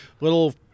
little